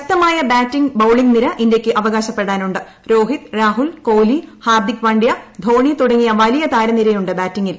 ശ്രക്തമായ batting bowling നിര ഇന്ത്യക്ക് അവകാശപ്പെടാനുണ്ട് ്രോഹിത് രാഹുൽ കോഹ്ലി ഹാർദിക് പാണ്ഡ്യ ധോണി തുടങ്ങിയിപ്പിലിയ താരനിരയുണ്ട് ബാറ്റിങ്ങിൽ